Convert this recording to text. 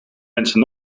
mensen